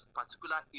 particular